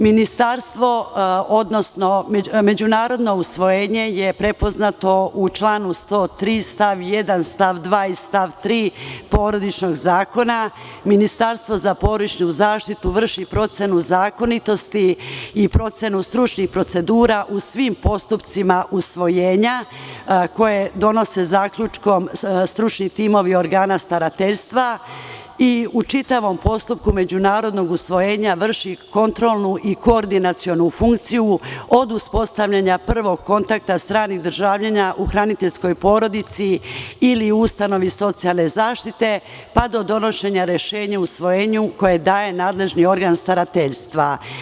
Međunarodno usvojenje je prepoznato u članu 103. stav 1, stav 2. i stav 3. porodičnog zakona, Ministarstvo za porodičnu zaštitu vrši procenu zakonitosti i procenu stručnih procedura u svim postupcima usvojenja koje donose zaključkom stručni timovi organa starateljstva i u čitavom postupku međunarodnog usvojenja vrši kontrolnu i koordinacionu funkciju od uspostavljanja prvog kontakta stranih državljana u hraniteljskoj porodici ili ustanovi socijalne zaštite, pa do donošenja rešenja o usvojenju koje daje nadležni organ starateljstva.